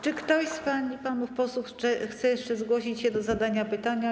Czy ktoś z pań i panów posłów chce jeszcze zgłosić się do zadania pytania?